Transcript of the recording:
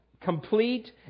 complete